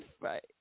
Right